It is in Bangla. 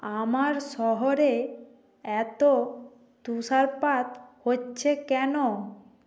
আমার শহরে এত তুষারপাত হচ্ছে কেন